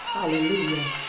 Hallelujah